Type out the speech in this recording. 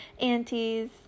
Aunties